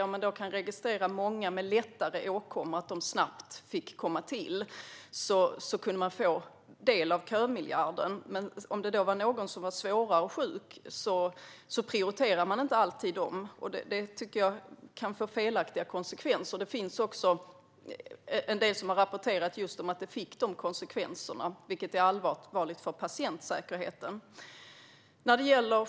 Om man kunde registrera många med lättare åkommor så att de snabbt fick vård kunde man få del av kömiljarden, medan man inte alltid prioriterade dem som var svårare sjuka. Detta kan få felaktiga konsekvenser. Det finns också rapporter om att det fick just sådana konsekvenser, vilket är allvarligt för patientsäkerheten.